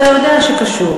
אתה יודע שקשור.